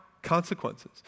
consequences